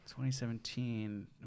2017